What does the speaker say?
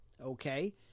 Okay